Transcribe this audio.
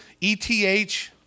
ETH